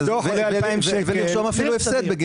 ולרשום אפילו הפסד.